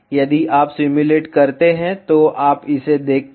यदि आप सिम्युलेट करते हैं तो आप इसे देखते हैं